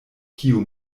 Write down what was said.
kiu